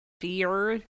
fear